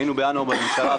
היינו בינואר בממשלה,